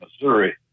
Missouri